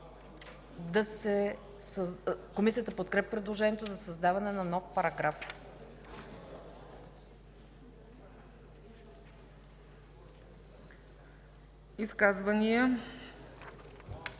Комисията подкрепя предложението за създаване на нов параграф. ПРЕДСЕДАТЕЛ